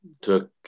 took